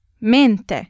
mente